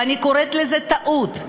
ואני קוראת לזה טעות,